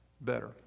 better